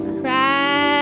cry